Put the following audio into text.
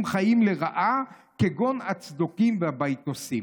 חיים לרעה כגון הצדוקים והבייתוסים.